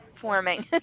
forming